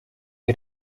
che